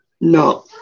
No